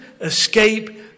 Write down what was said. escape